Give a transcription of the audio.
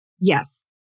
Yes